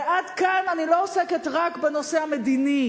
ועד כאן אני לא עוסקת רק בנושא המדיני,